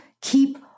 keep